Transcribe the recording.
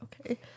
Okay